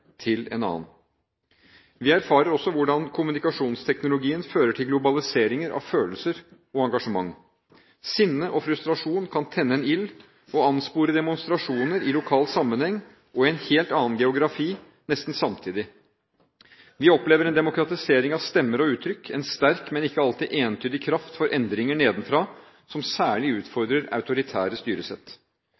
til en annen. Vi erfarer også hvordan kommunikasjonsteknologien fører til globalisering av følelser og engasjement. Sinne og frustrasjon kan tenne en ild og anspore til demonstrasjoner i lokal sammenheng og i en helt annen geografi – nesten samtidig. Vi opplever en demokratisering av stemmer og uttrykk – en sterk, men ikke alltid entydig kraft for endringer nedenfra som særlig utfordrer autoritære styresett.